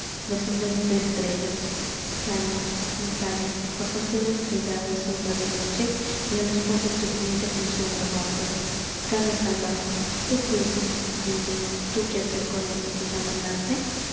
los senderos de estrellas caña mi caña bajo el cielo estrellado zumba de noche y a los pobres durmientes el sueño rompe caña salvaje qué tienes dime tú que hacer con eso que llaman arte